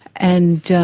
and